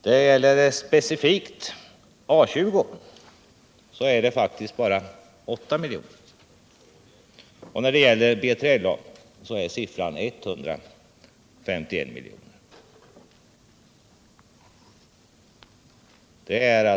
För just A 20 gäller det 8 milj.kr. För B3LA är siffran 151 milj.kr.